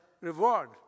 reward